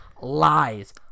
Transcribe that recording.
lies